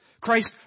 Christ